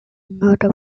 mörder